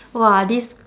!wah! this